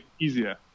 easier